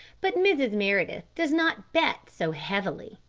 but mrs. meredith does not bet so heavily.